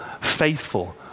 faithful